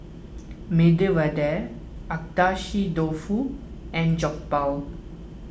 Medu Vada Agedashi Dofu and Jokbal